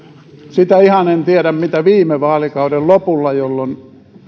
siitä ihan en tiedä mitä tapahtui viime vaalikauden lopulla jolloin